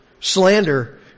Slander